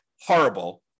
horrible